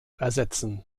ersetzen